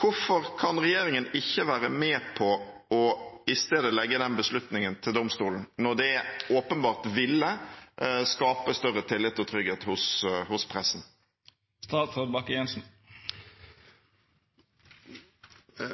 Hvorfor kan ikke regjeringen isteden være med på å legge den beslutningen til domstolen, når det åpenbart ville skape større tillit og trygghet hos pressen?